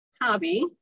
hobby